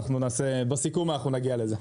בסיכום נגיע לזה.